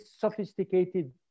sophisticated